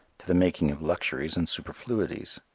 to the making of luxuries and superfluities.